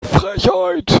frechheit